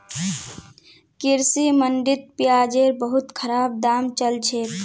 कृषि मंडीत प्याजेर बहुत खराब दाम चल छेक